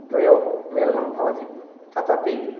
द्वयोः मेलनं भवति तदपि